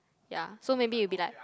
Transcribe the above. ya so maybe you be like